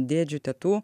dėdžių tetų